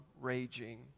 raging